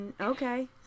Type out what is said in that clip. okay